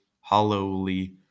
hollowly